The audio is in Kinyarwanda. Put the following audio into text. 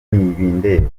ntibindeba